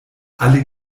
alle